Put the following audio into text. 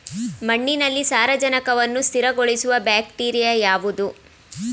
ಮಣ್ಣಿನಲ್ಲಿ ಸಾರಜನಕವನ್ನು ಸ್ಥಿರಗೊಳಿಸುವ ಬ್ಯಾಕ್ಟೀರಿಯಾ ಯಾವುದು?